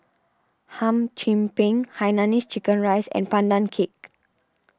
Hum Chim Peng Hainanese Curry Rice and Pandan Cake